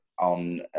on